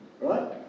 Right